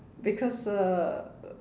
because uh